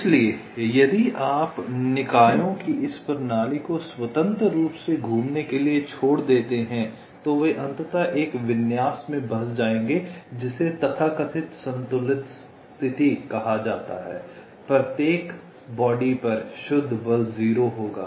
इसलिए यदि आप निकायों की इस प्रणाली को स्वतंत्र रूप से घूमने के लिए को छोड़ देते हैं तो वे अंततः एक विन्यास में बस जाएंगे जिसे तथाकथित संतुलन स्थिति कहा जाता है प्रत्येक शरीर पर शुद्ध बल 0 होगा